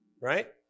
right